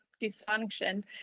dysfunction